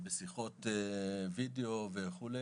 בשיחות וידיאו וכו'.